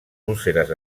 úlceres